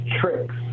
tricks